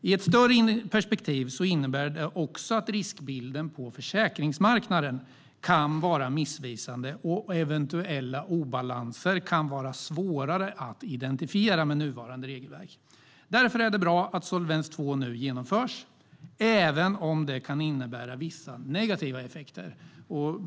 I ett större perspektiv innebär det också att riskbilden på försäkringsmarknaden kan vara missvisande, och eventuella obalanser kan vara svårare att identifiera med nuvarande regelverk. Därför är det bra att Solvens II nu genomförs, även om det kan innebära vissa negativa effekter.